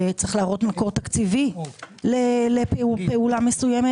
צריך להראות מקור תקציבי לפעולה מסוימת